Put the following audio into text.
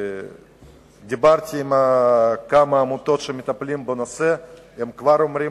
דיברתי עם כמה עמותות שמטפלות בנושא ונאמר לי